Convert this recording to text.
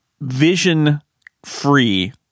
vision-free